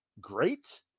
great